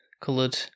coloured